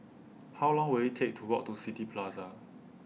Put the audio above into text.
How Long Will IT Take to Walk to City Plaza